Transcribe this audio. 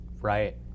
Right